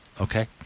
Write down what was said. okay